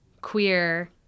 queer